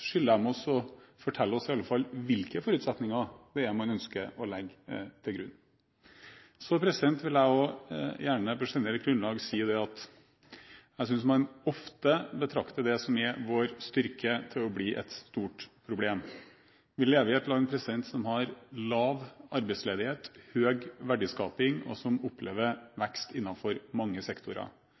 skylder de å fortelle oss i hvert fall hvilke forutsetninger man ønsker å legge til grunn. Jeg vil gjerne på generelt grunnlag si at jeg synes man ofte betrakter det som er vår styrke, som et stort problem. Vi lever i et land som har lav arbeidsledighet, høy verdiskaping, og som opplever vekst innenfor mange sektorer.